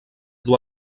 dur